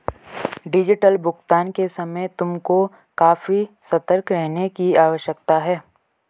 digital भुगतान के समय तुमको काफी सतर्क रहने की आवश्यकता है